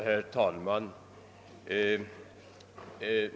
Herr talman!